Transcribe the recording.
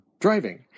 Driving